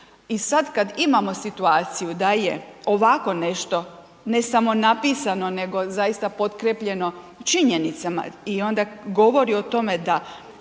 i sad kad imamo situaciju da je ovako nešto ne samo napisano nego zaista potkrijepljeno činjenicama i onda govori o tome da